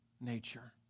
nature